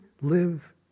live